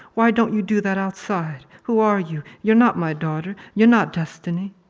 why don't you do that outside? who are you? you're not my daughter. you're not destiny